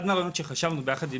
אחד מהרעיונות שחשבנו ביחד,